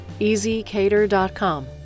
easycater.com